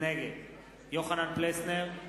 נגד יוחנן פלסנר,